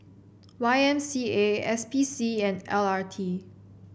Y M C A S P C and L R T